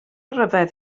ryfedd